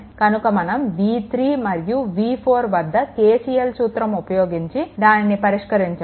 కనుక మనం v3 మరియు v4 వద్ద KCL సూత్రం ఉపయోగించి దానిని పరిష్కరించండి